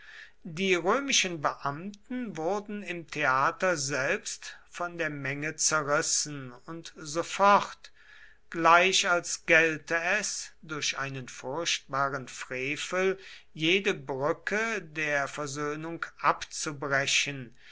die römischen beamten wurden im theater selbst von der menge zerrissen und sofort gleich als gelte es durch einen furchtbaren frevel jede brücke der versöhnung abzubrechen